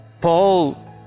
Paul